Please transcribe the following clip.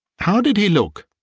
how did he look?